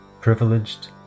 privileged